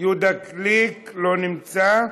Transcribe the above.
יהודה גליק, לא נמצא.